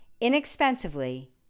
inexpensively